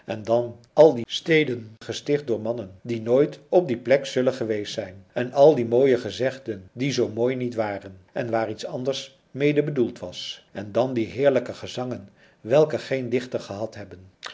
en dan al die steden gesticht door mannen die nooit op die plek zullen geweest zijn en al die mooie gezegden die zoo mooi niet waren en waar iets anders mede bedoeld was en dan die heerlijke gezangen welke geen dichter gehad hebben